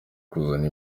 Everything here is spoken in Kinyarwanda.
kuzana